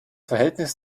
verhältnis